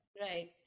Right